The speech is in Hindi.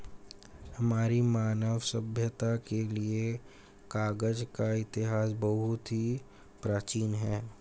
हमारी मानव सभ्यता के लिए कागज का इतिहास बहुत ही प्राचीन है